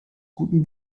guten